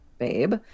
Babe